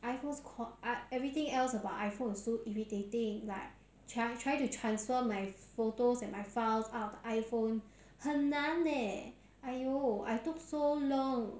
iphone's ah everything else about iphone is so irritating but try trying to transfer my photos and my files out of the iphone 很难 leh !aiyo! I took so long